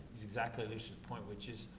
is exactly alicia's point, which is,